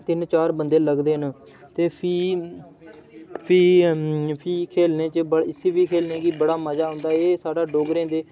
तिन चार बंदे लगदे न ते फ्ही फ्ही फ्ही खेलने च इस्सी बी खेलने च बड़ा मजा औंदा ऐ एह् साढ़ा डोगरें दे